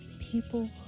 people